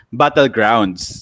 battlegrounds